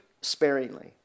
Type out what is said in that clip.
sparingly